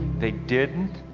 they didn't.